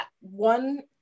one